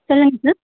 சொல்லுங்கள் சார்